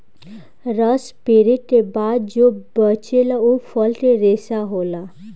रस पेरे के बाद जो बचेला उ फल के रेशा होला